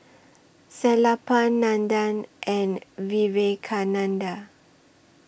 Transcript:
Sellapan Nandan and Vivekananda